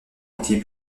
été